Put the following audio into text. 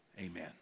amen